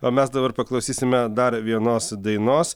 o mes dabar paklausysime dar vienos dainos